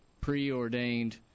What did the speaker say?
preordained